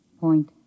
point